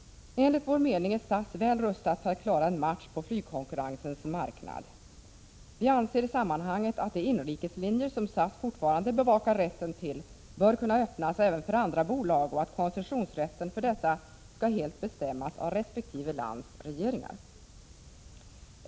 Enligt vår mening är SAS väl rustat för att klara en match på flygkonkurrensens marknad. Vi anser i sammanhanget att de inrikeslinjer som SAS fortfarande bevakar rätten till bör kunna öppnas även för andra bolag och att koncessionsrätten för dessa skall bestämmas helt av resp. lands regeringar.